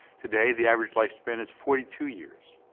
today, the average lifespan is forty two years.